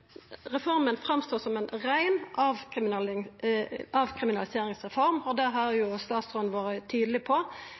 Reforma står fram som ei rein avkriminaliseringsreform. Det har statsråden vore tydeleg på,